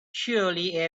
surely